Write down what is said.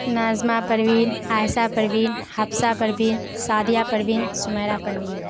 Nazma Parveen Ayesha Parveen Hafsa Parveen Sadia Parveen Sameera Parveen